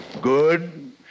Good